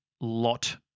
Lot